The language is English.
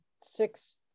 six